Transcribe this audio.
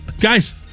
Guys